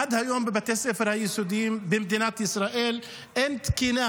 עד היום בבתי הספר היסודיים במדינת ישראל אין תקינה